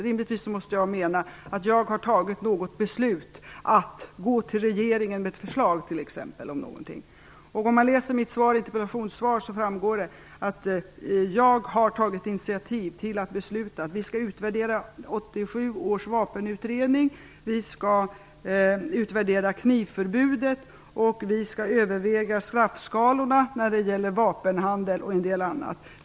Rimligtvis måste jag mena att jag har fattat beslut att gå till regeringen med t.ex. ett förslag om någonting. Om man läser mitt interpellationssvar framgår det att jag har tagit initiativ till att besluta att vi skall utvärdera 1987 års vapenutredning, knivförbudet och överväga straffskalorna när det gäller vapenhandel och en del annat.